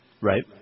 right